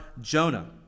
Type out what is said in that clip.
Jonah